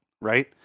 Right